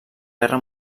guerra